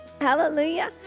Hallelujah